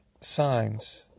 Signs